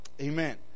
amen